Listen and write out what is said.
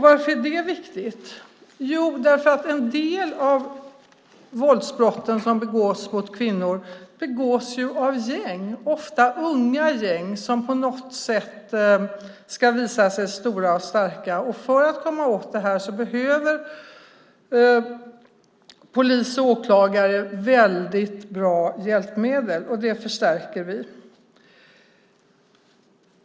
Varför är det viktigt? Jo, därför att en del av våldsbrotten som begås mot kvinnor begås av gäng, ofta unga gäng, som på något sätt ska visa sig stora och starka. För att komma åt det här behöver polis och åklagare väldigt bra hjälpmedel. Dem förstärker vi.